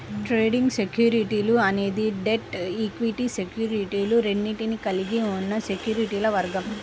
trading సెక్యూరిటీలు అనేది debt, equity సెక్యూరిటీలు రెండింటినీ కలిగి ఉన్న సెక్యూరిటీల వర్గం